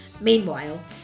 Meanwhile